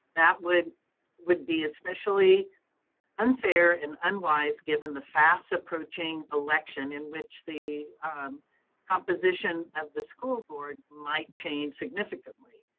that would would be especially unfair and unwise given the fast approaching election in which the composition of the school board might change significantly.